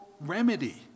remedy